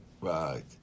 Right